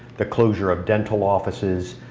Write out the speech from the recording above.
the closure of dental offices,